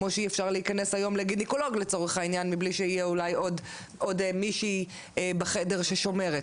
כמו שהיום א-אפשר להיכנס לגינקולוג מבלי שתהיה עוד מישהי בחדר ששומרת.